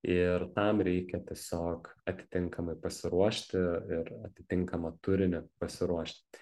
ir tam reikia tiesiog atitinkamai pasiruošti ir atitinkamą turinį pasiruošti